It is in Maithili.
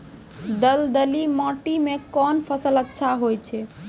दलदली माटी म कोन फसल अच्छा होय छै?